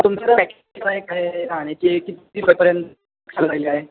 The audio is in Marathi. तुमचं पॅकेज काय काय राहण्याची किती पर्यंत आहे